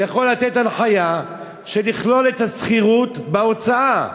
יכול לתת הנחיה לכלול את השכירות בהוצאה.